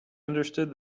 understood